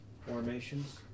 formations